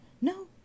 No